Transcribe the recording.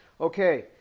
Okay